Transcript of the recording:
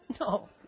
No